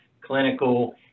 clinical